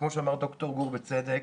כמו שאמר ד"ר גור בצדק,